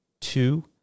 two